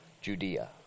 Judea